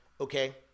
Okay